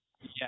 yes